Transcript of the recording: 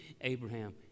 Abraham